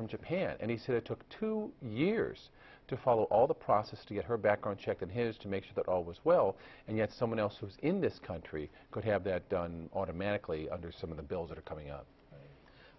from japan and he said it took two years to follow all the process to get her background check and his to make sure that all was well and yet someone else in this country could have that done automatically under some of the bills that are coming up